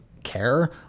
care